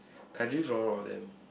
I dream for all of them